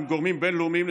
עם גורמים בין-לאומיים,